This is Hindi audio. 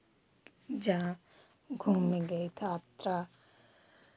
जहाँ घूमेंगे थोड़ा थोड़ा